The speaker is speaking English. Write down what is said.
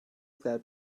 that